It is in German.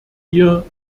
ihr